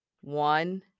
one